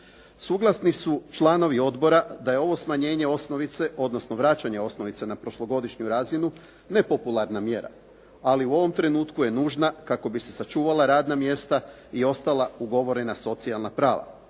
Suglasni su članovi odbora da je ovo smanjenje osnovice, odnosno vraćanje osnovice na prošlogodišnju razinu nepopularna mjera. Ali u ovom trenutku je nužna kako bi se sačuvala radna mjesta i ostala ugovorena socijalna prava.